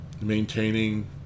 maintaining